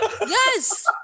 Yes